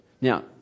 Now